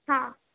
હા